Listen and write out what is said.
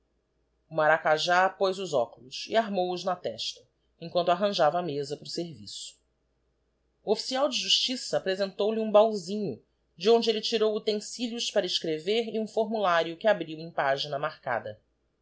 maracajá poz os óculos e armou os na testa emquanto arranjava a mesa para o serviço o official de justiça apresentou-lhe um bahúsinho de onde elle tirou utensílios para escrever e um formulário que abriu em pagina marcada